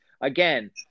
again